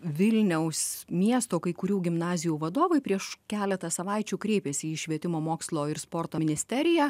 vilniaus miesto kai kurių gimnazijų vadovai prieš keletą savaičių kreipėsi į švietimo mokslo ir sporto ministeriją